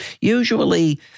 Usually